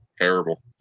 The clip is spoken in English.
terrible